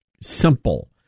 simple